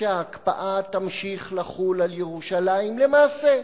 שההקפאה תמשיך לחול על ירושלים למעשה,